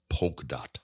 Polkadot